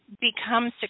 become